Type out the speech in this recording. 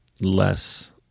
less